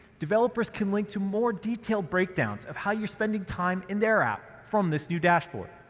developers can link to more detailed breakdowns of how you're spending time in their app from this new dashboard.